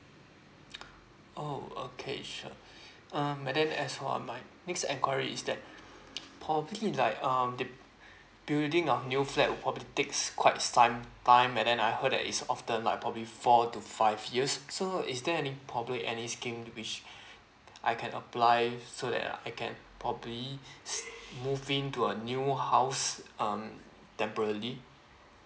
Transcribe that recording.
oh okay sure um and then as for my next enquiry is that probably like um the building uh new flat probably takes quite some time and then I heard that is often like probably four to five years so is there any probably any scheme which I can apply it so that I can probably move in to a new house um temporally